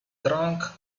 drunk